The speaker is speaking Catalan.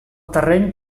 terreny